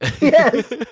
Yes